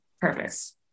purpose